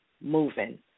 moving